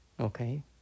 Okay